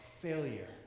failure